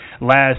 last